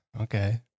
Okay